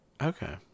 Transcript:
Okay